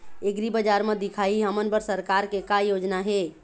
एग्रीबजार म दिखाही हमन बर सरकार के का योजना हे?